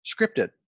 scripted